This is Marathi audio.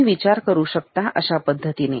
तुम्ही विचार करू शकता अशा पद्धतीने